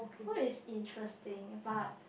so it's interesting but